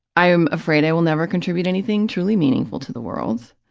i am afraid i will never contribute anything truly meaningful to the world.